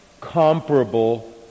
comparable